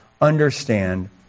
understand